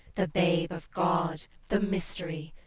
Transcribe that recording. the babe of god, the mystery?